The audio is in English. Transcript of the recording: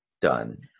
done